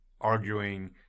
arguing